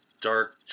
dark